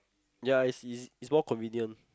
ya is is is more convenient